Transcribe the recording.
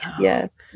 yes